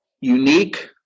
unique